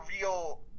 real